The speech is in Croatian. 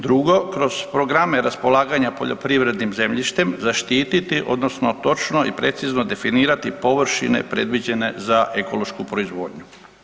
Drugo, kroz programe raspolaganja poljoprivrednim zemljištem zaštititi odnosno točno i precizno definirati površine predviđene za ekološku proizvodnju.